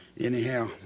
anyhow